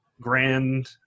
grand